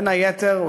בין היתר,